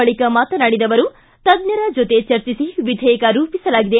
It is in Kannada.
ಬಳಕ ಮಾತನಾಡಿದ ಅವರು ತಜ್ವರ ಜೊತೆ ಚರ್ಚಿಸಿ ವಿಧೇಯಕ ರೂಪಿಸಲಾಗಿದೆ